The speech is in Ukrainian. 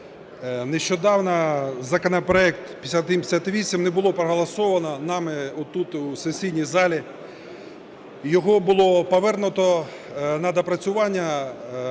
нещодавно законопроект 5158 не було проголосовано нами тут в сесійній залі, його було повернуто на доопрацювання